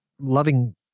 loving